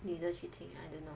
女的去听 I don't know